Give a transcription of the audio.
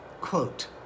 quote